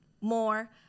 more